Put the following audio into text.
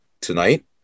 tonight